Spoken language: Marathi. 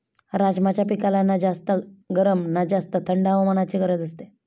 राजमाच्या पिकाला ना जास्त गरम ना जास्त थंड हवामानाची गरज असते